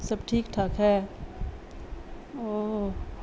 سب ٹھیک ٹھاک ہے اوہ